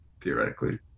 theoretically